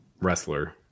wrestler